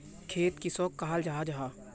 खेत किसोक कहाल जाहा जाहा?